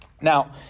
Now